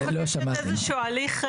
אני מבקשת איזשהו הליך,